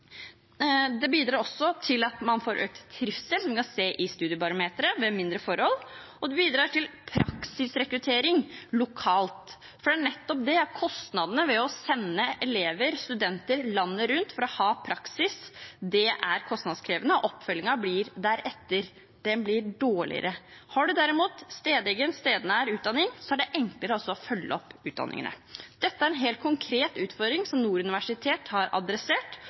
Det bidrar også til at man får økt trivsel, som man kan se i Studiebarometeret, ved mindre forhold, og det bidrar til praksisrekruttering lokalt, for det er nettopp en kostnad ved å sende elever og studenter landet rundt for å ha praksis. Det er kostnadskrevende, og oppfølgingen blir deretter. Den blir dårligere. Har man derimot stedegen, stednær utdanning, er det også enklere å følge opp utdanningene. Dette er en helt konkret utfordring som Nord universit har adressert.